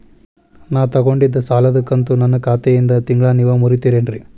ನಾ ತೊಗೊಂಡಿದ್ದ ಸಾಲದ ಕಂತು ನನ್ನ ಖಾತೆಯಿಂದ ತಿಂಗಳಾ ನೇವ್ ಮುರೇತೇರೇನ್ರೇ?